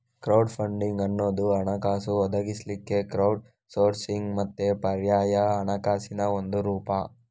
crowd funding ಅನ್ನುದು ಹಣಕಾಸು ಒದಗಿಸ್ಲಿಕ್ಕೆ ಕ್ರೌಡ್ ಸೋರ್ಸಿಂಗ್ ಮತ್ತೆ ಪರ್ಯಾಯ ಹಣಕಾಸಿನ ಒಂದು ರೂಪ